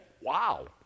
wow